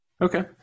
okay